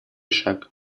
шаг